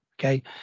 Okay